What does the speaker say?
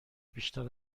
بیشتر